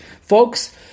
Folks